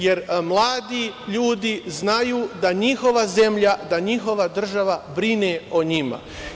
Jer, mladi ljudi znaju da njihova zemlja, da njihova država brine o njima.